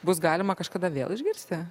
bus galima kažkada vėl išgirsti